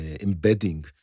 embedding